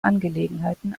angelegenheiten